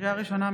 לקריאה ראשונה,